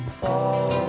fall